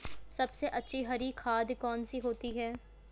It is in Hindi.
सबसे अच्छी हरी खाद कौन सी होती है?